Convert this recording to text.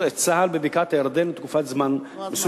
את צה"ל בבקעת-הירדן לתקופה מסוימת.